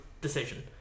decision